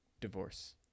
divorce